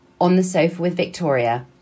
#OnTheSofaWithVictoria